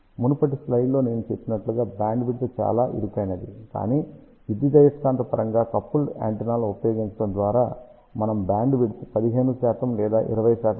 మునుపటి స్లైడ్లో నేను చెప్పినట్లుగా బ్యాండ్విడ్త్ చాలా ఇరుకైనది కాని విద్యుదయస్కాంతపరంగా కపుల్డ్ యాంటెన్నాలను ఉపయోగించడం ద్వారా మనం బ్యాండ్విడ్త్ 15 లేదా 20 పొందవచ్చు